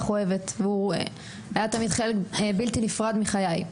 אוהבת והוא היה תמיד חלק בלתי נפרד מחיי.